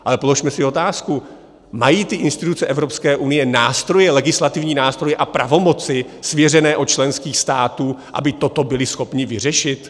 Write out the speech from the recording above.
Ale položme si otázku: Mají instituce Evropské unie legislativní nástroje a pravomoci svěřené od členských států, aby toto byly schopny vyřešit?